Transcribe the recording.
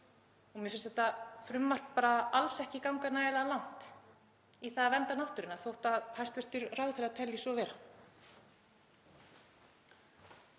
Mér finnst þetta frumvarp bara alls ekki ganga nægilega langt í því að vernda náttúruna þó að hæstv. ráðherra telji svo vera.